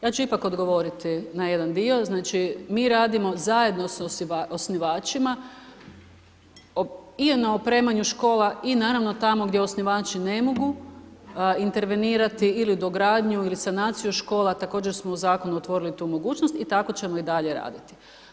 Ja ću ipak odgovoriti na jedan dio, znači, mi radimo zajedno sa osnivačima i na opremanju škola i naravno, tamo gdje osnivači ne mogu intervenirati ili dogradnju ili sanaciju škola, također smo u Zakonu otvorili tu mogućnost i tako ćemo i dalje raditi.